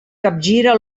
capgira